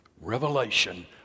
Revelation